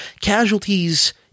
casualties